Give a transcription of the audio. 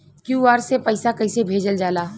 QR से पैसा कैसे भेजल जाला?